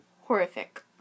horrific